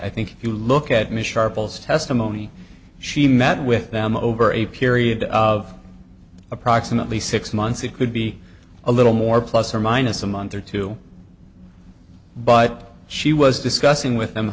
i think if you look at me sharples testimony she met with them over a period of approximately six months it could be a little more plus or minus a month or two but she was discussing with them